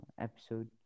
episode